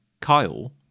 kyle